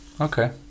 Okay